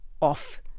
off